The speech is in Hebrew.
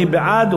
מי בעד?